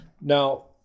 now